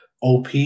OP